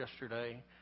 yesterday